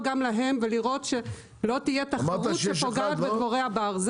גם להם ולראות שלא תהיה תחרות שפוגעת בדבורי הבר.